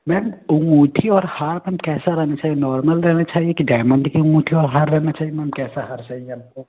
ma'am अंगूठी और हार पर कैसा रहना चाहिए नॉर्मल रहना चाहिए की डायमंड की अंगूठी या हार रहना चाहिए या कैसा हार चाहिए आपको